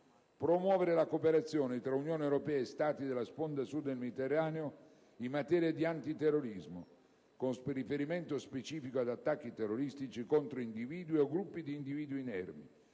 promuovere la cooperazione tra Unione europea e Stati della sponda Sud del Mediterraneo in materia di antiterrorismo, con riferimento specifico agli attacchi terroristici contro individui o gruppi di individui inermi,